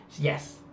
Yes